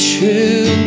True